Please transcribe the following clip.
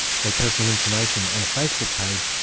say, personal information on a facebook page,